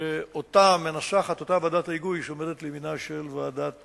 שאותה מנסחת אותה ועדת היגוי שעומדת לימינה של ועדת